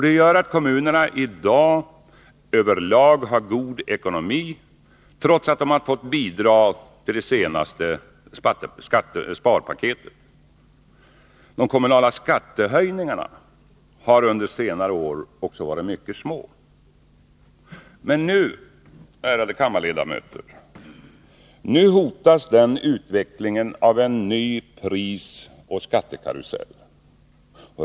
Det gör att kommunerna i dag över lag har god ekonomi, trots att de har fått bidra till det senaste sparpaketet. De kommunala skattehöjningarna har under senare år också varit mycket små. Men nu, ärade kammarledamöter, hotas den utvecklingen av en ny prisoch skattekarusell.